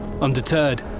Undeterred